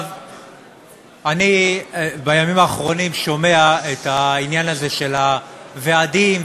אני בימים האחרונים שומע את העניין הזה של הוועדים,